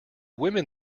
women